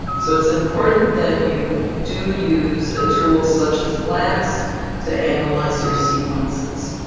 so it's important that you do use a tool such as blast to analyze your sequences.